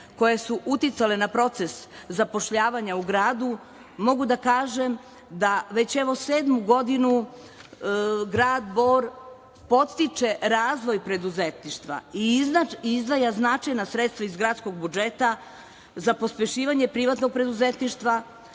koje su uticale na proces zapošljavanja u gradu, mogu da kažem da već evo sedmu godinu grad Bor podstiče razvoj preduzetništva i izdvaja značajna sredstva iz gradskog budžeta za pospešivanje privatnog preduzetništva.